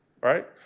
right